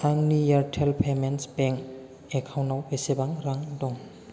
आंनि Airtel payments bank account आव बेसेबां रां दं